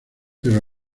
pero